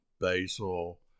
basil